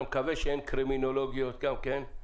אני מקווה שאין קרימינליות גם כן,